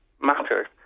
matters